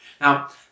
Now